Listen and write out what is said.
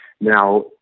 Now